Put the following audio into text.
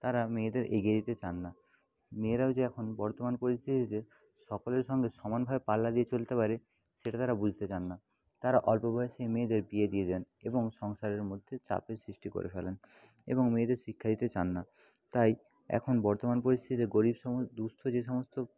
তারা মেয়েদের এগিয়ে দিতে চান না মেয়েরাও যে এখন বর্তমান পরিস্থিতিতে সকলের সঙ্গে সমানভাবে পাল্লা দিয়ে চলতে পারে সেটা তারা বুঝতে চান না তারা অল্প বয়সেই মেয়েদের বিয়ে দিয়ে দেন এবং সংসারের মধ্যে চাপের সৃষ্টি করে ফেলেন এবং মেয়েদের শিক্ষা দিতে চান না তাই এখন বর্তমান পরিস্থিতিতে গরীব দুঃস্থ যে সমস্ত